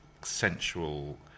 sensual